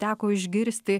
teko išgirsti